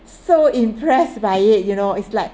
so impressed by it you know it's like